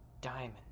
diamond